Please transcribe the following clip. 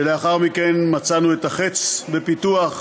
שלאחר מכן מצאנו את ה"חץ" בפיתוח,